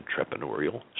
entrepreneurial